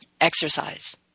exercise